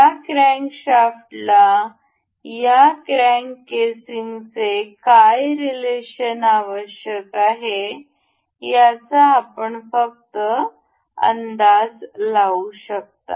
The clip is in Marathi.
या क्रॅन्कशाफ्टला या क्रॅंक केसिंगचे काय रिलेशन आवश्यक आहे याचा आपण फक्त अंदाज लावू शकता